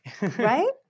Right